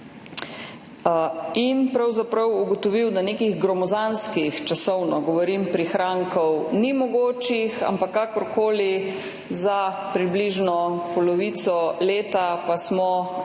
in pravzaprav ugotovil, da nekih gromozanskih, časovno govorim, prihrankov ni mogočih. Ampak kakorkoli, za približno polovico leta pa smo vse